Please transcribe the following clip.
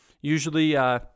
usually